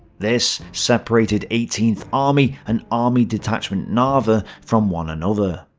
this separated eighteenth army and army detachment narva from one another.